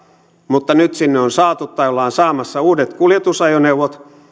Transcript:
mutta nyt sinne on saatu tai ollaan saamassa uudet kuljetusajoneuvot